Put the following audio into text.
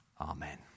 Amen